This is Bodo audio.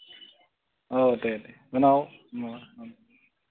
औ दे दे उनाव